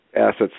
assets